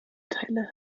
teile